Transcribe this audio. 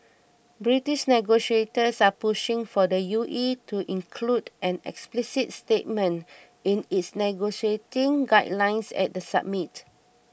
British negotiators are pushing for the U E to include an explicit statement in its negotiating guidelines at the summit